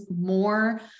more